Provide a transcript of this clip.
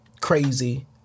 crazy